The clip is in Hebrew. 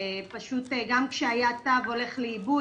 שפשוט גם כשהיה התו הולך לאיבוד,